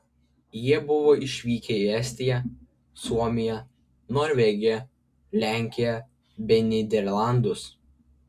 jie buvo išvykę į estiją suomiją norvegiją lenkiją bei nyderlandus